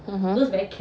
mmhmm